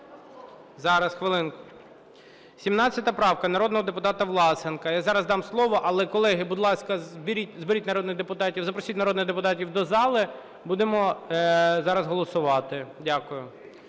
Зараз, хвилинку. 17 правка народного депутата Власенка, я зараз дам слово, але, колеги, будь ласка, зберіть народних депутатів, запросіть народних депутатів до зали, будемо зараз голосувати. Дякую.